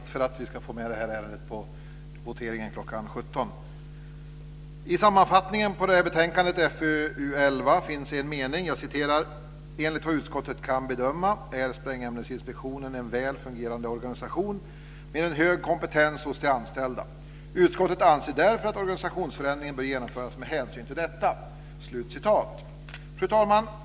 Fru talman! I sammanfattningen på detta betänkande, FöU11, finns en mening. Där står: "Enligt vad utskottet kan bedöma är Sprängämnesinspektionen en väl fungerande organisation med en hög kompetens hos de anställda. Utskottet anser därför att organisationsförändringen bör genomföras med hänsyn till detta." Fru talman!